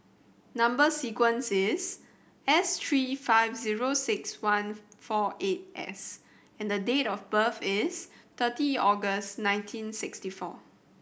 number sequence is S three five zero six one four eight S and date of birth is thirty August nineteen sixty four